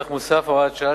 הצעת חוק מס ערך מוסף (הוראת שעה),